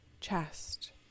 chest